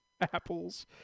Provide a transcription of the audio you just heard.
Apples